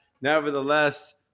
Nevertheless